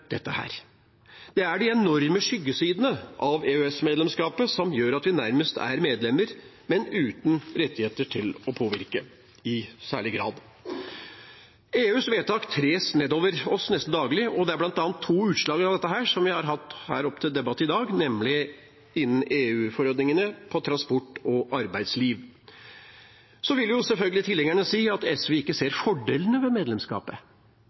dette? Det er de enorme skyggesidene av EØS-medlemskapet som gjør at vi nærmest er medlemmer, men uten rettigheter til å påvirke i særlig grad. EUs vedtak tres nedover oss nesten daglig, og det er bl.a. to utslag av dette som er oppe til debatt i dag, nemlig EU-forordningene om transport og arbeidsliv. Så vil selvfølgelig tilhengerne si at SV ikke ser fordelene ved medlemskapet.